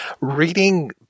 Reading